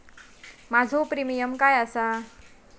माझो प्रीमियम काय आसा?